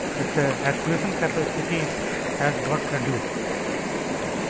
it is a actuation capacity has got reduced ok